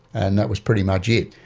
and that was pretty much it.